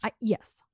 Yes